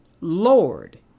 Lord